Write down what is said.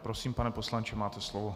Prosím, pane poslanče, máte slovo.